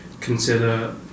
consider